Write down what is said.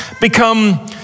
become